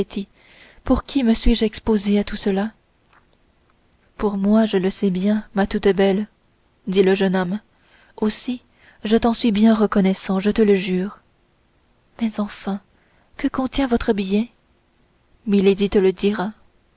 pour qui me suis-je exposée à tout cela pour moi je le sais bien ma toute belle dit le jeune homme aussi je t'en suis bien reconnaissant je te le jure mais enfin que contient votre billet milady te le dira